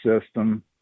system